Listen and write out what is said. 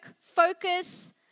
focus